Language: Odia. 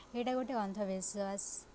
ଏଇଟା ଗୋଟେ ଅନ୍ଧବିଶ୍ଵାସ